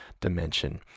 dimension